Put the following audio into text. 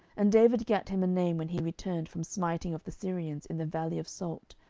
and david gat him a name when he returned from smiting of the syrians in the valley of salt,